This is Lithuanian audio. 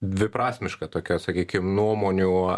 dviprasmiška tokia sakykim nuomonių